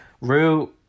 Rue